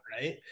Right